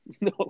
No